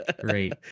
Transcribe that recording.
Great